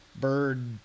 bird